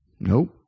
Nope